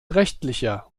rechtlicher